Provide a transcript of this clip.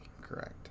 correct